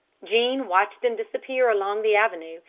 jean watched them disappear along the avenue,